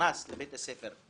שנכנס לבית הספר,